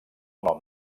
nom